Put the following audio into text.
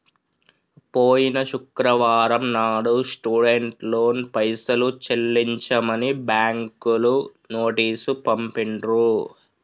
పోయిన శుక్రవారం నాడు స్టూడెంట్ లోన్ పైసలు చెల్లించమని బ్యాంకులు నోటీసు పంపిండ్రు